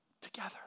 together